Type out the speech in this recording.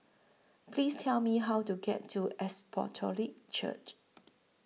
Please Tell Me How to get to Apostolic Church